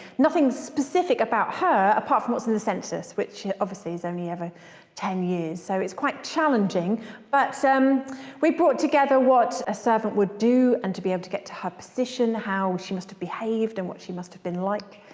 nothing specific about her apart from what's in the census which obviously is only ever ten years so it's quite challenging but we brought together what a servant would do and to be able to get to her position, how she must have behaved and what she must have been like.